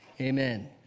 Amen